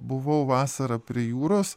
buvau vasarą prie jūros